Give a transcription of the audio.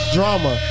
Drama